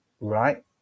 right